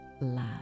love